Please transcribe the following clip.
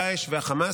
דאעש וחמאס,